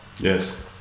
Yes